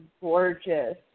gorgeous